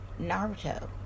Naruto